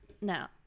Now